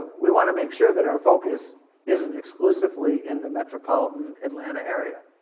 we want to make sure that our focus isn't exclusively in the metropolitan atlanta area.